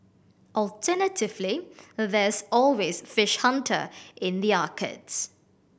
alternatively there's always Fish Hunter in the arcades